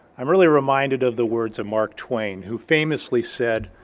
i'm really reminded of the words of mark twain who famously said,